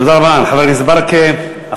תודה רבה לחבר הכנסת ברכה.